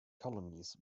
colonies